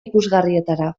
ikusgarrietara